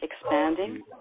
expanding